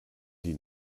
die